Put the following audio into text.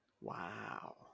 wow